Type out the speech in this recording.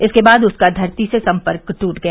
इसके बाद उसका धरती से सम्पर्क दूट गया